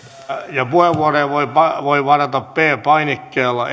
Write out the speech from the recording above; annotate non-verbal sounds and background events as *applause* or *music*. puheenvuoroja voi varata p painikkeella *unintelligible*